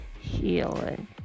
healing